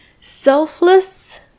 selfless